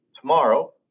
tomorrow